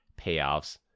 payoffs